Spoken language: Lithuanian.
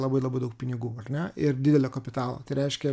labai labai daug pinigų ar ne ir didelio kapitalo tai reiškia